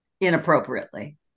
inappropriately